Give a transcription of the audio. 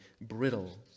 brittle